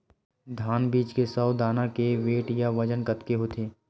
धान बीज के सौ दाना के वेट या बजन कतके होथे?